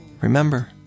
remember